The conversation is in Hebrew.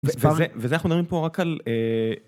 וזה אנחנו נראים פה רק על.